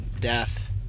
death